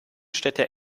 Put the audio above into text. städte